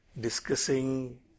discussing